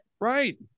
Right